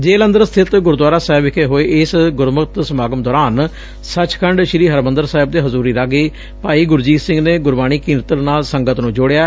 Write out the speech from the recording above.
ਜ਼ੇਲ਼ ਅੰਦਰ ਸਥਿਤ ਗੁਰਦੁਆਰਾ ਸਾਹਿਬ ਵਿਖੇ ਹੋਏ ਇਸ ਗੁਰਮਤਿ ਸਮਾਗਮ ਦੌਰਾਨ ਸੱਚਖੰਡ ਸ੍ਰੀ ਹਰਿਮੰਦਰ ਸਾਹਿਬ ਦੇ ਹਜ਼ੁਰੀ ਰਾਗੀ ਭਾਈ ਗੁਰਜੀਤ ਸਿੰਘ ਨੇ ਗੁਰਬਾਣੀ ਕੀਰਤਨ ਨਾਲ ਸੰਗਤ ਨੁੰ ਜੋੜਿਆ